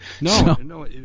No